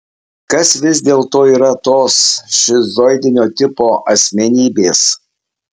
kas vis dėlto yra tos šizoidinio tipo asmenybės